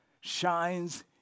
shines